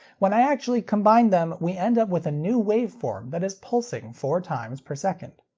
when i actually combine them, we end up with a new waveform that is pulsing four times per second.